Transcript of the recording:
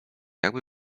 jakby